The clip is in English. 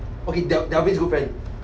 okay del~ delvin 's good friend